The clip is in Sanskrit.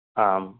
आं